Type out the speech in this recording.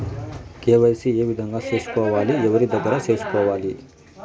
KYC ఏ విధంగా సేసుకోవాలి? ఎవరి దగ్గర సేసుకోవాలి?